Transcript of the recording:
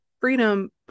freedom